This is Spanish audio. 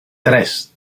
tres